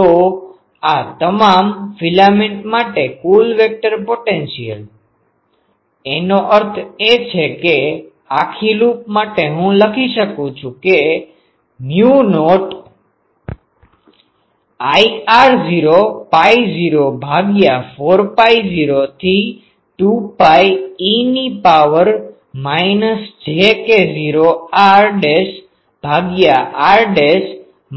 તો તમામ ફિલામેન્ટ માટે કુલ વેક્ટર પોટેન્શિઅલ એનો અર્થ એ છે કેઆખી લૂપ માટે હું લખી શકું કે A0e jk0r4πr axsin aycos dφ mu nought I r0 pi 0 ભાગ્યા 4 પાઈ 0 થી 2 પાઈ eની power minus j K0 r dash ભાગ્યા r ડેશ